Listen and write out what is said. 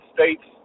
States